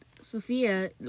Sophia